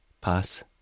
Pass